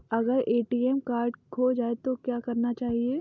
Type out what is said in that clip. अगर ATM card खो जाए तो क्या करना चाहिए?